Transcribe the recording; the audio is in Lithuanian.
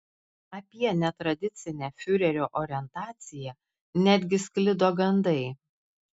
apie netradicinę fiurerio orientaciją netgi sklido gandai